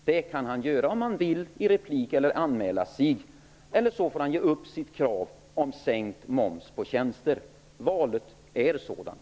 Det kan han göra, om han vill, i replik, eller får han ge upp sitt krav på sänkt moms på tjänster. Det är valet.